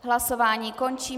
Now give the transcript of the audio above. Hlasování končím.